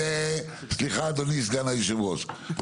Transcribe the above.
סליחה, אדוני סגן היושב-ראש.